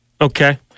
Okay